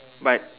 but